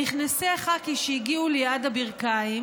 במכנסי חאקי שהגיעו לי עד הברכיים,